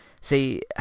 see